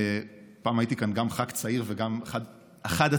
פעם הייתי כאן גם ח"כ צעיר וגם אחד הצעירים,